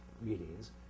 meetings